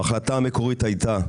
ההחלטה המקורית הייתה,